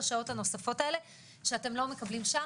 שעות הנוספות האלה שאתם לא מקבלים שם'